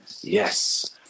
yes